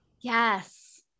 Yes